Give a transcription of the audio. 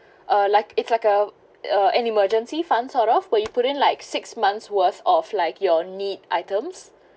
uh like it's like a a an emergency fund sort of what you put in like six months worth of like your need items